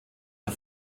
der